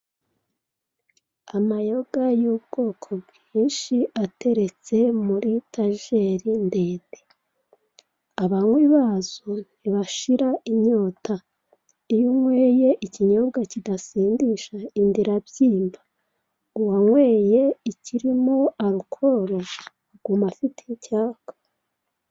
Amayoga y'ubwoko bwinshi ateretse muri tajeri ndende, abanywi bazo ntibashira inyota iyo unyweye ikinyobwa kidasindisha inda irabyimba, uwanyweye ikirimo alcohol aguma afite icyaka.